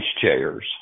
chairs